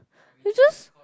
you just